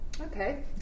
Okay